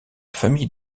famille